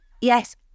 Yes